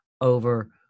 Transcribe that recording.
over